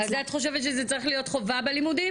אז את חושבת שזה צריך להיות חובה בלימודים?